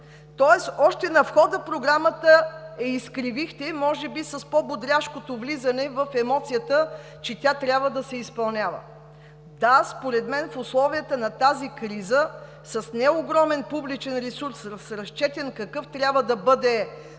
Тоест още на входа Програмата я изкривихте, може би с по-бодряшкото влизане в емоцията, че тя трябва да се изпълнява. Да, според мен в условията на тази криза с неогромен публичен ресурс, с разчетен какъв трябва да бъде